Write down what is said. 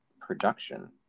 production